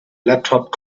laptop